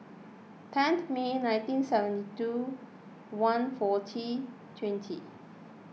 teen May nineteen seventy two one forty twenty